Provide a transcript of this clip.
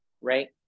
right